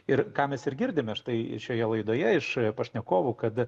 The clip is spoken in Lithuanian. ir ką mes ir girdime štai šioje laidoje iš pašnekovų kad